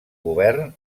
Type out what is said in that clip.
govern